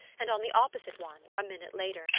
and on the opposite one, a minute later,